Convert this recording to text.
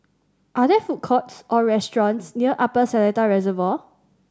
are there food courts or restaurants near Upper Seletar Reservoir